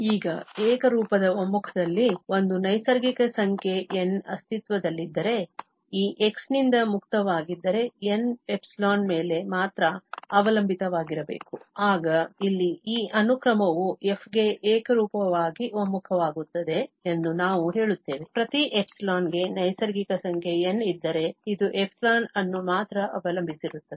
ಈಗ ಏಕರೂಪದ ಒಮ್ಮುಖದಲ್ಲಿ ಒಂದು ನೈಸರ್ಗಿಕ ಸಂಖ್ಯೆ N ಅಸ್ತಿತ್ವದಲ್ಲಿದ್ದರೆ ಈ x ನಿಂದ ಮುಕ್ತವಾಗಿದ್ದರೆ N ϵ ಮೇಲೆ ಮಾತ್ರ ಅವಲಂಬಿತವಾಗಿರಬೇಕು ಆಗ ಇಲ್ಲಿ ಈ ಅನುಕ್ರಮವು f ಗೆ ಏಕರೂಪವಾಗಿ ಒಮ್ಮುಖವಾಗುತ್ತದೆ ಎಂದು ನಾವು ಹೇಳುತ್ತೇವೆ ಪ್ರತಿ ϵ ಗೆ ನೈಸರ್ಗಿಕ ಸಂಖ್ಯೆ N ಇದ್ದರೆ ಇದು ϵ ಅನ್ನು ಮಾತ್ರ ಅವಲಂಬಿಸಿರುತ್ತದೆ